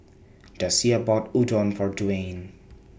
Dasia bought Udon For Dwayne